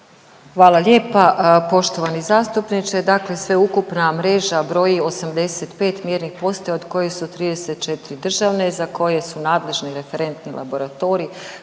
Hvala lijepa. Poštovani zastupniče, dakle sveukupna mreža broji 85 mjernih postaja od kojih su 34 državne za koje su nadležni referentni laboratorij